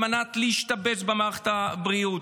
כדי להשתבץ במערכת הבריאות,